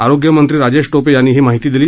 आरोग्यमंत्री राजेश टोपे यांनी ही माहिती दिली